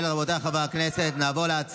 תודה רבה לחברת הכנסת שרן מרים השכל.